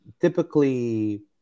typically